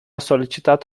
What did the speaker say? solicitat